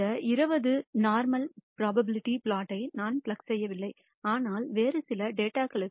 இந்த 20 புள்ளிகளுக்கான normal probability plot நான் பிளக் செய்யவில்லை ஆனால் வேறு சில டேட்டா களுக்கு